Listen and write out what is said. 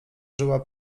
żyła